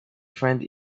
friend